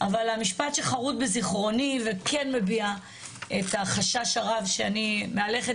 אבל המשפט שחרוט בזכרוני וכן מביע את החשש הרב שאני מהלכת